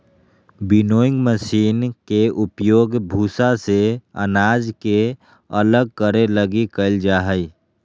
winnowing machine के उपयोग भूसा से अनाज के अलग करे लगी कईल जा हइ